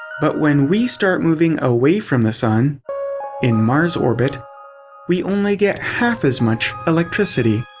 but when we start moving away from the sun in mars orbit we only get half as much electricity.